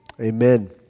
Amen